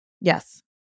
Yes